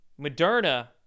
Moderna